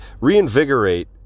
Reinvigorate